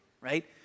right